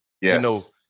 Yes